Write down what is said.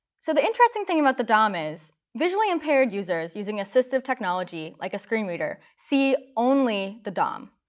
so the interesting thing about the dom is visually impaired users using assistive technology like a screen reader see only the dom.